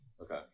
okay